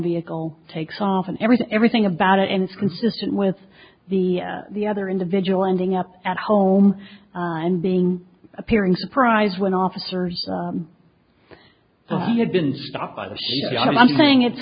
vehicle takes off in everything everything about it and it's consistent with the the other individual ending up at home and being appearing surprise when officers well he had been stopped by the arm i'm saying it's